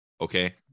okay